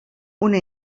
una